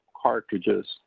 cartridges